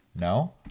no